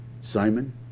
Simon